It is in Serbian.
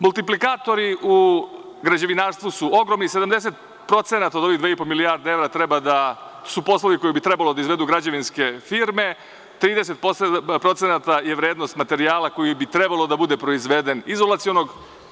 Multiplikatori u građevinarstvu su ogromni, 70% od ove dve milijarde evra treba da su poslovi koje bi trebalo da izvedu građevinske firme, 30% je vrednost materijala koji bi trebalo da bude proizveden, izolacionog.